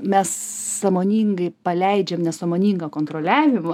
mes sąmoningai paleidžiam nesąmoningą kontroliavimą